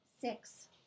Six